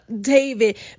David